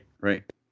right